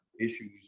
issues